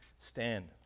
stand